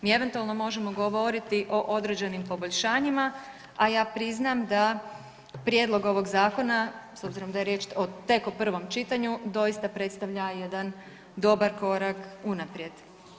Mi eventualno možemo govoriti o određenim poboljšanjima, a ja priznam da prijedlog ovog zakona, s obzirom da je riječ tek o prvom čitanju doista predstavlja jedan dobar korak unaprijed.